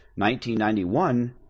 1991